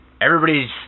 Everybody's